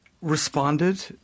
Responded